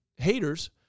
haters